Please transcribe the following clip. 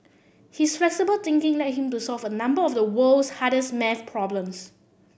his flexible thinking led him to solve a number of the world's hardest maths problems